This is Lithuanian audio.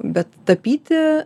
bet tapyti